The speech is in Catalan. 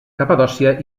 capadòcia